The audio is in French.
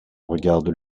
regarde